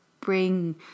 bring